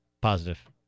positive